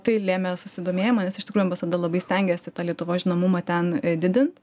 tai lėmė susidomėjimą nes iš tikrųjų ambasada labai stengėsi tą lietuvos žinomumą ten didint